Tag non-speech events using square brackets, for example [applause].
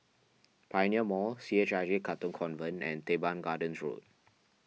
[noise] Pioneer Mall C H I J Katong Convent and Teban Gardens Road